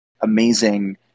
amazing